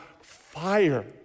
fire